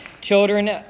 children